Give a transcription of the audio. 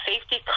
safety